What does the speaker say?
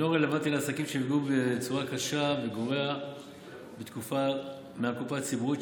אינו רלוונטי לעסקים שנפגעו בצורה קשה וגורע מהקופה הציבורית,